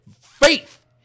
faith